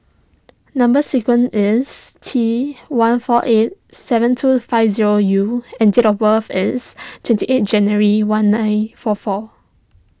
Number Sequence is T one four eight seven two five zero U and date of birth is twenty eight January one nine four four